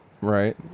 Right